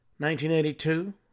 1982